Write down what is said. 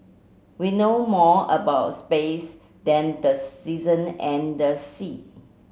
we know more about space than the season and the sea